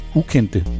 ukendte